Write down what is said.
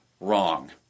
wrong